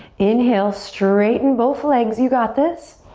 inhale, straighten both legs, you got this.